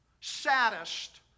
saddest